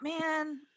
man